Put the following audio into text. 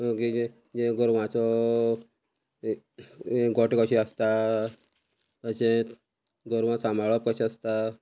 ओगीचे जे गोरवाचो गोट कशें आसता अशेंत गोरवां सांबाळप कशें आसता